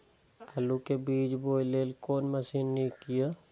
आलु के बीज बोय लेल कोन मशीन नीक ईय?